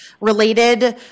related